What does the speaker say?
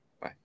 Bye